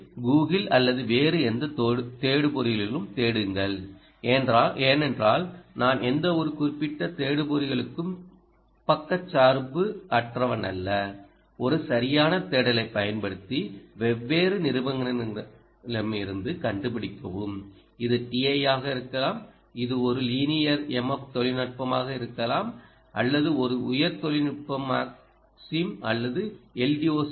எனவே கூகிள் அல்லது வேறு எந்த தேடுபொறிகளிலும் தேடுங்கள் ஏனென்றால் நான் எந்தவொரு குறிப்பிட்ட தேடுபொறிகளுக்கும் பக்கச்சார்புற்றவனல்ல ஒரு சரியான தேடலைப் பயன்படுத்தி வெவ்வேறு நிறுவனங்களிடமிருந்து கண்டுபிடிக்கவும் இது TI ஆக இருக்கலாம் இது ஒரு லீனியmf தொழில்நுட்பமாக இருக்கலாம் அல்லது ஒரு உயர் தொழில்நுட்பம் மாக்சிம் அல்லது எல்